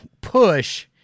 push